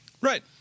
Right